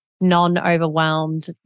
non-overwhelmed